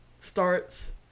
starts